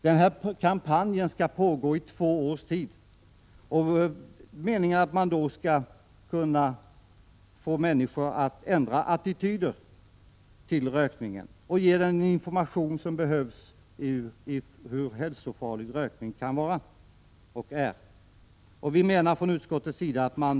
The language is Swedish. Denna kampanj skall pågå i två års tid, och det är meningen att man skall få människor att ändra attityder till rökningen genom den information de ges om hur farlig rökning är. Utskottets majoritet menar att man bör avvakta denna kampanj.